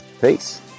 peace